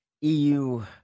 EU